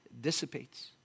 dissipates